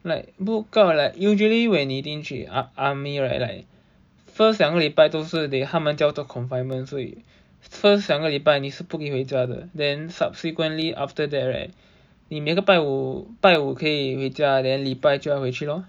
like book out like usually when 你进去 army right like first 两个礼拜都是 they 他们叫做 confinements 所以 first 两个礼拜你是不可以回家的 then subsequently after that right 你你每个拜五拜五可以回家 then 礼拜就要回去 lor